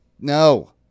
No